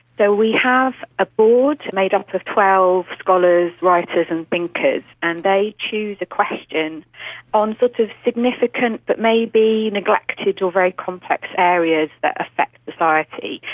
so we have a board made up of twelve scholars, writers and thinkers, and they choose a question on but significant but maybe neglected or very complex areas that affect society,